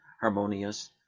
harmonious